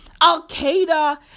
Al-Qaeda